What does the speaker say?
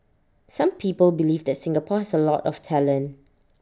some people believe that Singapore has A lot of talent